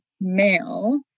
male